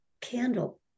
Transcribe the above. candle